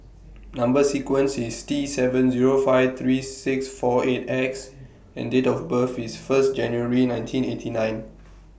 Number sequence IS T seven Zero five three six four eight X and Date of birth IS First January nineteen eighty nine